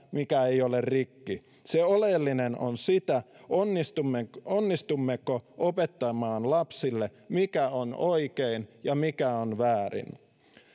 mikä ei ole rikki se oleellinen on sitä onnistummeko onnistummeko opettamaan lapsille mikä on oikein ja mikä on väärin